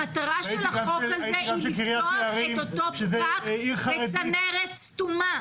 המטרה של החוק הזה היא לפתוח את אותו פקק בצנרת סתומה.